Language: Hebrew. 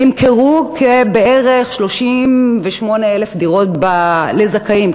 נמכרו בערך 38,000 דירות לזכאים,